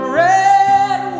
red